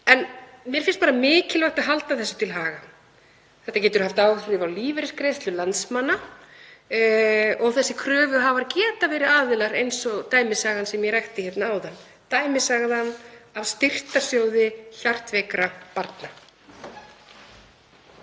En mér finnst bara mikilvægt að halda þessu til haga. Þetta getur haft áhrif á lífeyrisgreiðslur landsmanna og þessir kröfuhafar geta verið aðilar eins og í dæmisögunni sem ég rakti hérna áðan, dæmisögunni af Styrktarsjóði hjartveikra barna.